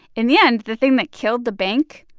in the end, the thing that killed the bank,